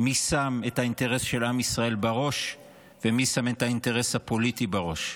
מי שם את האינטרס של עם ישראל בראש ומי שם את האינטרס הפוליטי בראש.